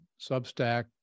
Substack